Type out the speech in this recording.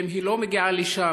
ואם היא לא מגיעה לשם